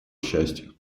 счастье